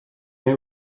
you